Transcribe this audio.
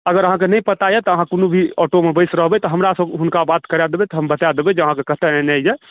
अगर अहाँकेँ नहि पता यऽ तऽ अहाँ कोनो भी ऑटो मे बैस रहबै आ हमरा हुनकासँ बात करा देबै तऽ हम हुनका बता देबै जे अहाँकेॅं कतऽ एनाइ यऽ